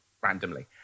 randomly